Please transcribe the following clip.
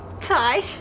Ty